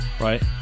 right